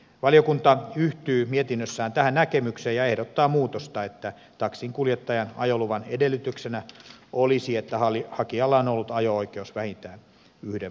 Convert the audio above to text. valiokunta yhtyy mietinnössään tähän näkemykseen ja ehdottaa sellaista muutosta että taksinkuljettajan ajoluvan edellytyksenä olisi että hakijalla on ollut ajo oikeus vähintään yhden vuoden ajan